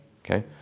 Okay